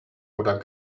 oder